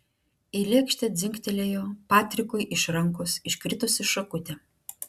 į lėkštę dzingtelėjo patrikui iš rankos iškritusi šakutė